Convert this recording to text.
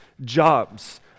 jobs